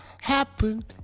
happen